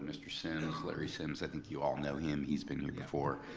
mr. sims, larry sims, i think you all know him. he's been here before.